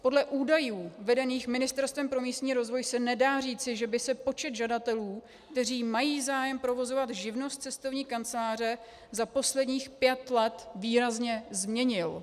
Podle údajů vedených Ministerstvem pro místní rozvoj se nedá říci, že by se počet žadatelů, kteří mají zájem provozovat živnost cestovní kanceláře, za posledních pět let výrazně změnil.